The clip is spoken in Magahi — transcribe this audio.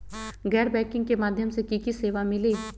गैर बैंकिंग के माध्यम से की की सेवा मिली?